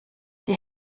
die